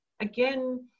again